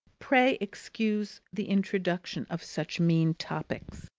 pray excuse the introduction of such mean topics.